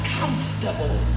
comfortable